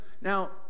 now